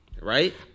right